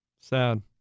Sad